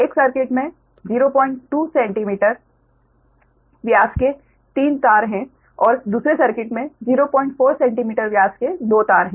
एक सर्किट में 02 सेंटीमीटर व्यास के 3 तार हैं और दूसरे सर्किट में 04 सेंटीमीटर व्यास के 2 तार हैं